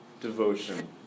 devotion